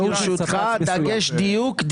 ודיוק: